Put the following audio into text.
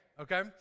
Okay